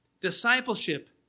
Discipleship